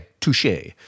touche